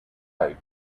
type